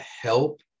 help